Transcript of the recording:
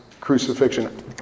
crucifixion